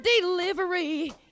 delivery